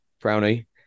Brownie